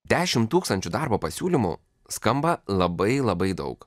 dešimt tūkstančių darbo pasiūlymų skamba labai labai daug